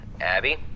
Abby